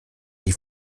die